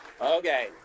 Okay